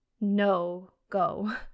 no-go